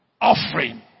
offering